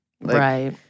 Right